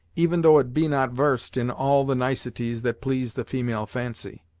even though it be not varsed in all the niceties that please the female fancy.